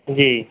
ਜੀ